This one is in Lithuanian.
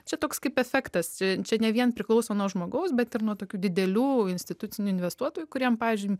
čia toks kaip efektas čia ne vien priklauso nuo žmogaus bet ir nuo tokių didelių institucinių investuotojų kuriem pavyzdžiui